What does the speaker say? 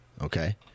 Okay